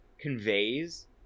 conveys